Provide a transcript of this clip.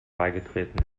beigetreten